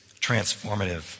transformative